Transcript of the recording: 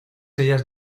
ellas